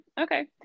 Okay